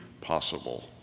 possible